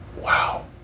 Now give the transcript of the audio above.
wow